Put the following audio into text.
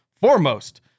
Foremost